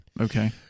Okay